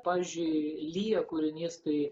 pavyzdžiui lyja kūrinys tai